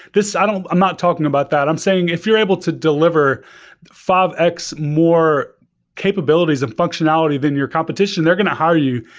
i'm i'm not talking about that. i'm saying if you're able to deliver five x more capabilities of functionality than your competition, they're going to hire you.